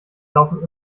laufen